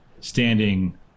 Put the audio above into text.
standing